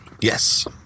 Yes